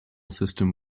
system